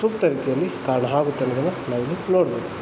ಸೂಕ್ತ ರೀತಿಯಲ್ಲಿ ಕಾರಣ ಆಗುತ್ತೆ ಅನ್ನೋದನ್ನು ನಾವಿಲ್ಲಿ ನೋಡ್ಬೋದು